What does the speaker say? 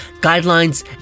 guidelines